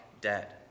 dead